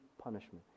punishment